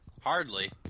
hardly